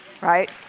Right